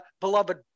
beloved